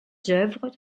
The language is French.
œuvres